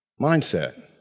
Mindset